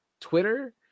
Twitter